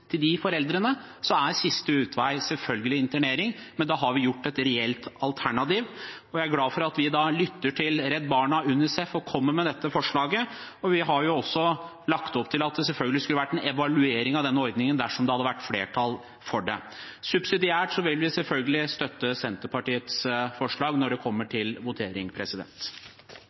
vi gitt dem et reelt alternativ. Jeg er glad for at vi har lyttet til Redd Barna og UNICEF og kommet med dette forslaget. Vi har også lagt opp til at det selvfølgelig skal være en evaluering av denne ordningen, dersom det hadde vært flertall for det. Subsidiært vil vi selvfølgelig støtte Senterpartiets forslag når det kommer til votering.